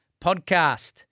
podcast